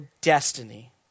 destiny